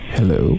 Hello